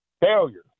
failure